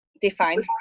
Define